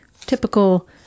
typical